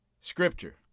Scripture